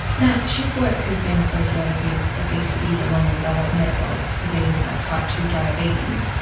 now, shift-work has been associated with obesity, along with other metabolic diseases like type two diabetes.